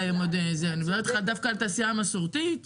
אני מדברת אתך דווקא על תעשייה המסורתית.